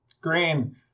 Green